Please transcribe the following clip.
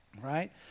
Right